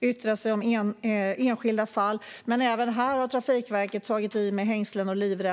yttra sig om enskilda fall. Men även här har Trafikverket tagit i med hängslen och livrem.